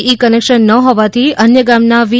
ઇ connection ન હોવાથી અન્ય ગામના વી